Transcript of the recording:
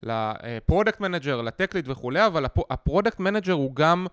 לפרודקט מנג'ר, לטק-ליד וכולי, אבל הפרודקט מנג'ר הוא גם